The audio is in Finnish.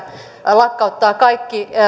lakkauttaa kaikki